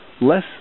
less